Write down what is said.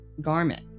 garment